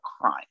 crime